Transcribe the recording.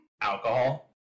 alcohol